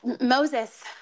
Moses